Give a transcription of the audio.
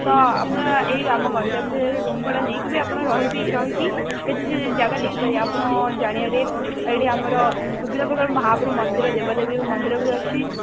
ତ ଆପଣ ଏଇ ଆମ ଗଞ୍ଜାମ ଜିଲ୍ଲାରେ ରୁମ୍ ଭଡ଼ା ନେଇକି ବି ରହିବି ରହିକି କେତେ ଜାଗା ଦେଖିପାରିବେ ଆପଣ ଜାଣିବାରେ ଏଇଠି ଆମର ବିଭିନ୍ନ ପ୍ରକାରର ମହାପ୍ରଭୁ ମନ୍ଦିର ଦେବାଦେବୀ ମନ୍ଦିର ବି ଅଛି